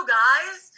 guys